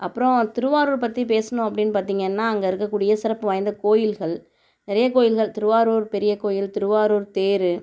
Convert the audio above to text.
அப்புறம் திருவாரூர் பற்றி பேசுணும் அப்படின் பார்த்திங்கன்னா அங்கே இருக்கக்கூடிய சிறப்பு வாய்ந்த கோயில்கள் நிறைய கோயில்கள் திருவாரூர் பெரிய கோயில் திருவாரூர் தேர்